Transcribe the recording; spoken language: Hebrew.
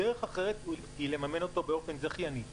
דרך אחרת היא לממן אותו באופן זכייני.